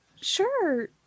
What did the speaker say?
sure